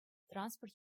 транспорт